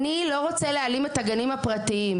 אני לא רוצה להעלים את הגנים הפרטיים,